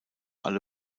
alle